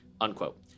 unquote